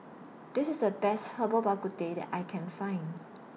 This IS The Best Herbal Bak Ku Teh that I Can Find